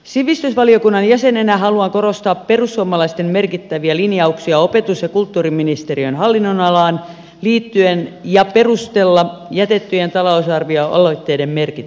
sivistysvaliokunnan jäsenenä haluan korostaa perussuomalaisten merkittäviä linjauksia opetus ja kulttuuriministeriön hallinnonalaan liittyen ja perustella jätettyjen talousarvioaloitteiden merkitystä